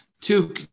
two